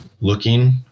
looking